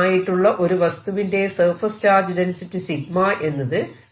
ആയിട്ടുള്ള ഒരു വസ്തുവിന്റെ സർഫേസ് ചാർജ് ഡെൻസിറ്റി 𝜎 എന്നത് P